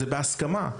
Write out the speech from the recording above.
זה בהסכמה.